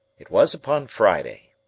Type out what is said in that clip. it was upon friday,